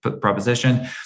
proposition